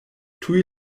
tuj